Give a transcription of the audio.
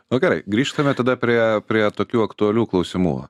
nu gerai grįžtame tada prie prie tokių aktualių klausimų